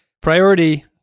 priority